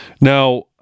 Now